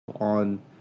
on